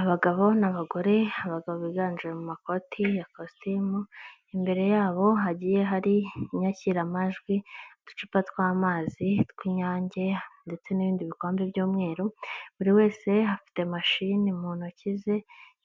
Abagabo n'abagore abagabo biganje mu makoti ya kositimu, imbere yabo hagiye hari inyashyiramajwi, uducupa tw'amazi tw'inyange ndetse n'ibindi bikombe by'umweru, buri wese afite mashine mu ntoki ze